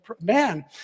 man